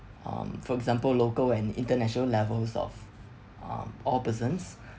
um for example local and international levels of um all persons